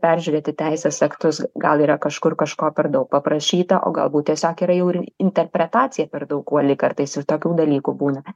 peržiūrėti teisės aktus gal yra kažkur kažko per daug paprašyta o galbūt tiesiog yra jau interpretacija per daug uoli kartais ir tokių dalykų būna